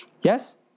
Yes